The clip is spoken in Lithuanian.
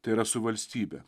tai yra su valstybe